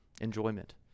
Enjoyment